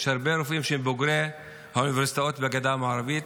יש הרבה רופאים שהם בוגרי האוניברסיטאות בגדה המערבית,